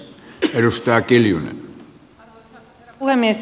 arvoisa herra puhemies